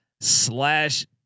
slash